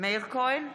מאיר כהן,